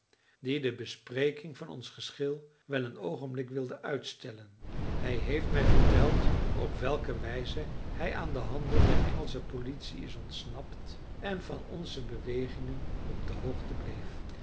die de bespreking van ons geschil wel een oogenblik wilde uitstellen hij heeft mij verteld op welke wijze hij aan de handen der engelsche politie is ontsnapt en van onze bewegingen op de hoogte bleef